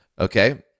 Okay